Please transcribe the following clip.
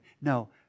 No